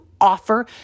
offer